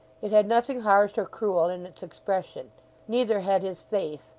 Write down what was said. it had nothing harsh or cruel in its expression neither had his face,